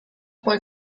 poi